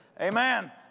Amen